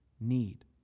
need